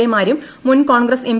A മാരും മുൻ Congress M